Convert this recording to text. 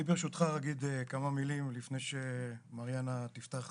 אני ברשותך רק אגיד כמה מילים לפני שמריאנה תפתח בדברים.